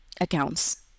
accounts